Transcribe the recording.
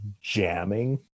jamming